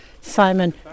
Simon